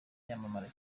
yamamara